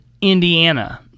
Indiana